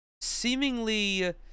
seemingly